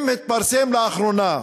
אם התפרסם לאחרונה,